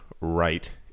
right